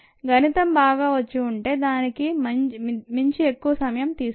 గణితం బాగా వచ్చి ఉంటే దానికి మించి ఎక్కువ సమయం తీసుకోరు